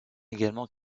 également